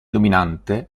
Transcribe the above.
dominante